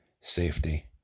safety